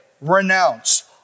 renounce